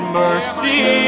mercy